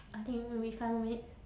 I think maybe five more minutes